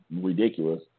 ridiculous